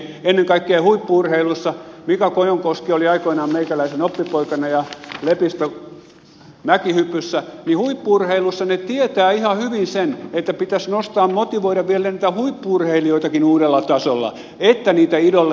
ennen kaikkea huippu urheilussa mika kojonkoski oli aikoinaan meikäläisen oppipoikana ja lepistö mäkihypyssä he tietävät ihan hyvin sen että pitäisi nostaa motivoida vielä niitä huippu urheilijoitakin uudella tasolla että on niitä idoleja